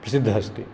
प्रसिद्धः अस्ति